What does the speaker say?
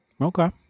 Okay